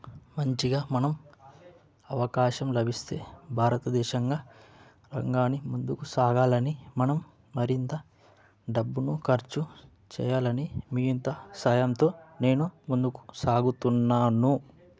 మంచిగా మనం అవకాశం లభిస్తే భారతదేశంగా రంగాన్ని ముందుకు సాగాలని మనం మరింత డబ్బును ఖర్చు చేయాలని మీ ఇంత సాయంతో నేను ముందుకు సాగుతున్నాను